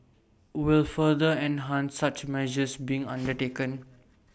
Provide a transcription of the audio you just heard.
will further enhance such measures being undertaken